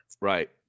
Right